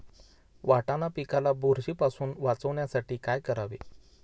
वाटाणा पिकाला बुरशीपासून वाचवण्यासाठी काय करावे?